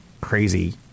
crazy